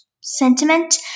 sentiment